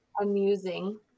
Amusing